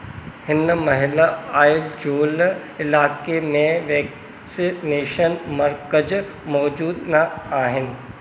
हिन महिल अइजोल इलाइक़े में वैक्सीनेशन मर्कज़ मौजूदु न आहिनि